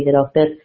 doctor